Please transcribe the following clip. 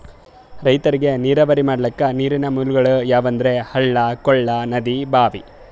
ರೈತರಿಗ್ ನೀರಾವರಿ ಮಾಡ್ಲಕ್ಕ ನೀರಿನ್ ಮೂಲಗೊಳ್ ಯಾವಂದ್ರ ಹಳ್ಳ ಕೊಳ್ಳ ನದಿ ಭಾಂವಿ